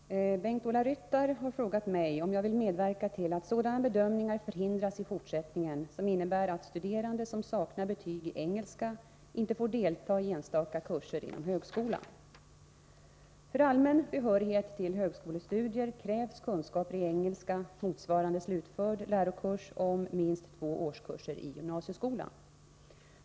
Herr talman! Bengt-Ola Ryttar har frågat mig om jag vill medverka till att sådana bedömningar förhindras i fortsättningen som innebär att studerande som saknar betyg i engelska inte får delta i en enstaka kurs inom högskolan. För allmän behörighet till högskolestudier krävs kunskaper i engelska motsvarande slutförd lärokurs om minst två årskurser i gymnasieskolan.